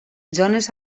zones